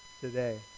today